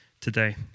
today